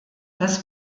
das